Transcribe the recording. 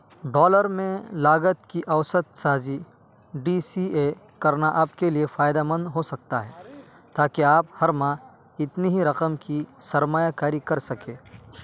dollar میں لاگت کی اوسط سازی ڈی سی اے کرنا آپ کے لیے فائدہ مند ہو سکتا ہے تاکہ آپ ہر ماہ اتنی ہی رقم کی سرمایہ کاری کر سکیں